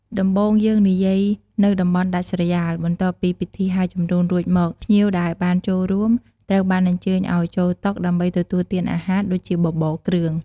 ដំបូងយើងនិយាយនៅតំបន់ដាច់ស្រយាល បន្ទាប់ពីពិធីហែជំនូនរួចមក ភ្ញៀវដែលបានចូលរួមត្រូវបានអញ្ជើញអោយចូលតុដើម្បីទទួលទានអាហារ ដូចជាបបរគ្រឿង។